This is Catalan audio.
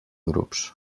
grups